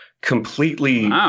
completely